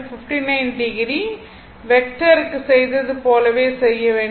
47 ∠59o வெக்டருக்கு செய்ததை போலவே செய்ய வேண்டும்